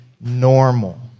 normal